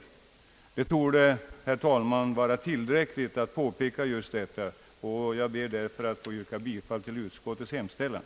Det torde vara tillräckligt att påpeka detta. Jag ber, herr talman, att få yrka bifall till utskottets hemställan.